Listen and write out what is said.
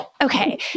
Okay